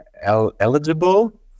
eligible